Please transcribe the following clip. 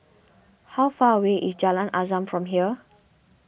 how far away is Jalan Azam from here